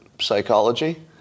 psychology